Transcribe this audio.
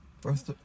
first